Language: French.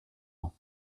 ans